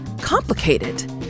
complicated